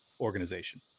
organization